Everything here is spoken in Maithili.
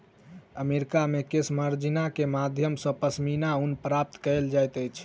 अमेरिका मे केशमार्जनी के माध्यम सॅ पश्मीना ऊन प्राप्त कयल जाइत अछि